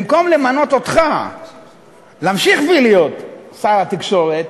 במקום למנות אותך להמשיך ולהיות שר התקשורת,